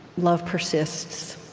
love persists.